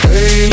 Hey